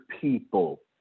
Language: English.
people